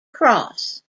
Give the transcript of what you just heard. cross